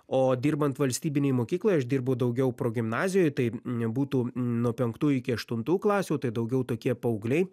o dirbant valstybinėj mokykloj aš dirbu daugiau progimnazijoj tai būtų nuo penktų iki aštuntų klasių tai daugiau tokie paaugliai